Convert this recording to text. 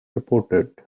reported